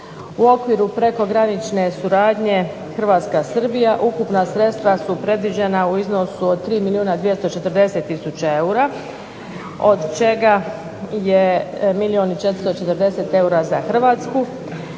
U okviru prekogranične suradnje Hrvatska – Srbija ukupna sredstva su predviđena u iznosu od 3 milijuna 240 tisuća eura od čega je milijun i 440 eura za Hrvatsku.